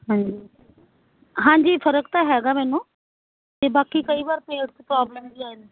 ਹਾਂਜੀ ਹਾਂਜੀ ਫਰਕ ਤਾਂ ਹੈਗਾ ਮੈਨੂੰ ਅਤੇ ਬਾਕੀ ਕਈ ਵਾਰ ਪੇਟ 'ਚ ਪ੍ਰੋਬਲਮ ਜੀ ਆ